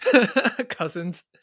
cousins